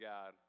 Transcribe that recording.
God